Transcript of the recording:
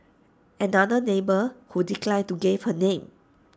another neighbour who declined to give her name